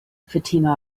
fatima